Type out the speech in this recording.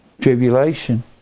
tribulation